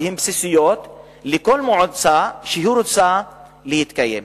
והן בסיסיות לכל מועצה שרוצה להתקיים.